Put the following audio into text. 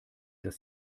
dass